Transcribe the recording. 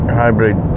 hybrid